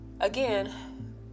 again